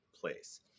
place